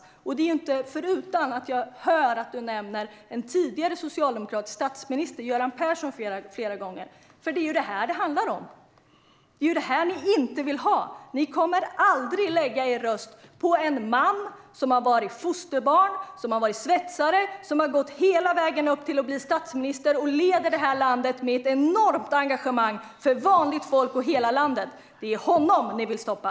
Robert Stenkvist nämner flera gånger en tidigare socialdemokratisk statsminister, Göran Persson, och det är detta det handlar om. Ni vill inte ha en socialdemokratisk statsminister. Ni kommer aldrig att lägga er röst på en man som har varit fosterbarn, som har varit svetsare och som har gått hela vägen upp till att bli statsminister och leder detta land med ett enormt engagemang för vanligt folk och för hela landet. Det är honom ni vill stoppa.